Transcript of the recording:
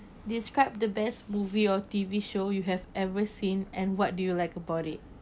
describe the best movie or T_V show you have ever seen and what do you like about it